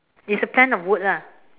it's a plank of wood lah